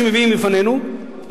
שמביאים בפנינו,